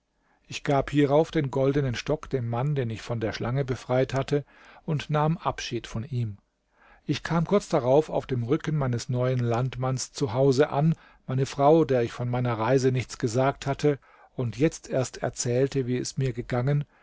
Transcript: ich gab hierauf den goldenen stock dem mann den ich von der schlange befreit hatte und nahm abschied von ihm ich kam kurz darauf auf dem rücken meines neuen landmanns zu hause an meine frau der ich von meiner reise nichts gesagt hatte und jetzt erst erzählte wie es mir gegangen